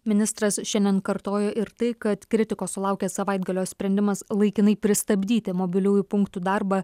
ministras šiandien kartojo ir tai kad kritikos sulaukęs savaitgalio sprendimas laikinai pristabdyti mobiliųjų punktų darbą